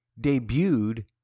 debuted